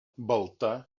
balta